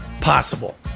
possible